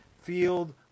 field